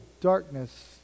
darkness